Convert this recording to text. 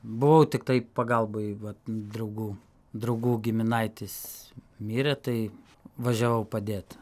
buvau tiktai pagalboj vat draugų draugų giminaitis mirė tai važiavau padėt